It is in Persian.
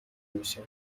میشه